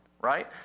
right